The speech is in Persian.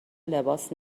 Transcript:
لباس